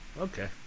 Okay